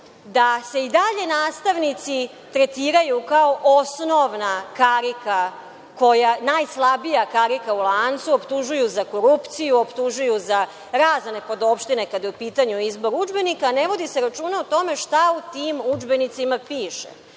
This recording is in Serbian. da se i dalje nastavnici tretiraju kao osnovna karika, najslabija karika u lancu, optužuju za korupciju, optužuju za razne podobštine kada je u pitanju izbor udžbenika, a ne vodi se računa o tome šta u tim udžbenicima piše.